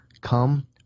come